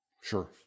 Sure